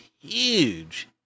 huge